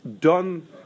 done